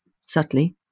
subtly